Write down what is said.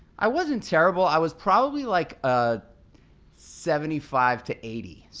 i wasn't terrible. i was probably like a seventy five to eighty